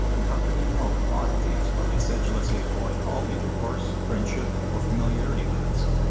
and how can they know aught of these while they sedulously avoid all intercourse, friendship, or familiarity with us?